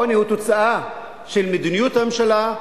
עוני הוא תוצאה של מדיניות הממשלה.